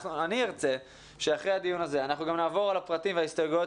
אני ארצה שאחרי הדיון הזה אנחנו גם נעבור על הפרטים וההסתייגויות